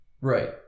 Right